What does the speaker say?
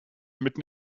mitten